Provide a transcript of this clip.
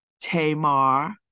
Tamar